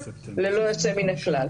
ללא יוצא מן הכלל.